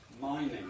mining